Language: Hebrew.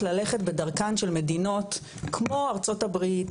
ללכת בדרכן של מדינות כמו ארצות הברית,